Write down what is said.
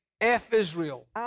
F-Israel